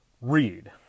Read